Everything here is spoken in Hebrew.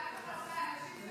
בושה וחרפה.